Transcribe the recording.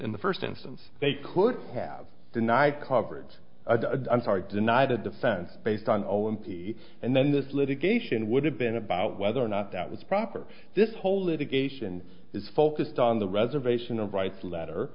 in the first instance they could have denied coverage i'm sorry denied a defense based on olympia and then this litigation would have been about whether or not that was proper this whole litigation is focused on the reservation of rights letter